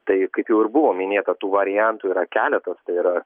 tai kaip jau ir buvo minėta tų variantų yra keletas tai yra